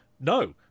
no